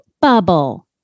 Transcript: bubble